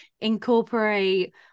incorporate